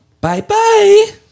Bye-bye